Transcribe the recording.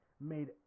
made